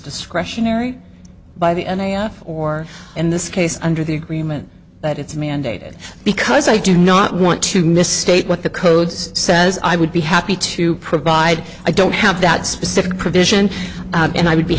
discretionary by the n a r or in this case under the agreement but it's mandated because i do not want to misstate what the code's says i would be happy to provide i don't have that specific provision and i would be